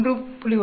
0 1